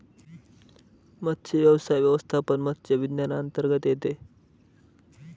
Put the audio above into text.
मत्स्यव्यवसाय व्यवस्थापन मत्स्य विज्ञानांतर्गत येते